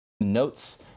notes